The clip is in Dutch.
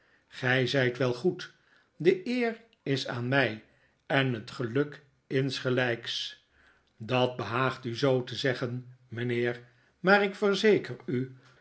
gij zijt wel goed de eer is aan mij en het geluk insgelijks dat behaagt u zoo te zeggen mijnheer maar ik verzeker u